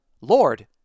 Lord